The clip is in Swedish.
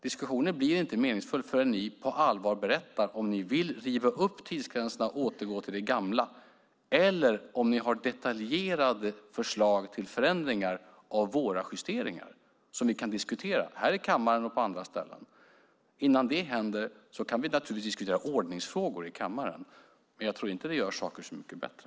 Diskussionen blir inte meningsfull förrän ni på allvar berättar om ni vill riva upp tidsgränserna och återgå till det gamla eller om ni har detaljerade förslag till förändringar av våra justeringar som vi kan diskutera här i kammaren och på andra ställen. Innan det händer kan vi naturligtvis diskutera ordningsfrågor i kammaren, men jag tror inte att det gör saker så mycket bättre.